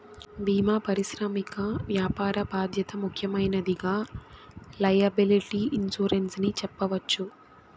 భీమా పరిశ్రమకి వ్యాపార బాధ్యత ముఖ్యమైనదిగా లైయబిలిటీ ఇన్సురెన్స్ ని చెప్పవచ్చు